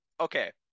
okay